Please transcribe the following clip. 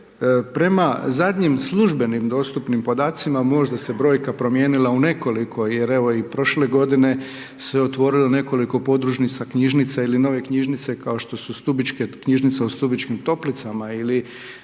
prema zadnjim službenim dostupnim podacima, možda se je brojka promijenila u nekoliko, jer evo i prošle godine, se otvorilo nekoliko podružnica, knjižnica ili nove knjižnice kao što su stubičke knjižnice u Stubičkim toplicama ili